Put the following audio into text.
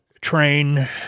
train